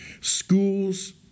schools